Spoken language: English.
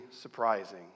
surprising